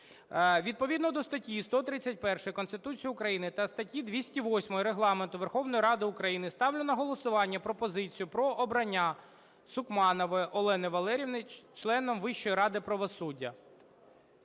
Відповідно до статті 131 Конституції України та статті 208 Регламенту Верховної Ради України ставлю на голосування пропозицію про обрання Сукманової Олени Валеріївни членом Вищої ради правосуддя.